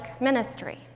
ministry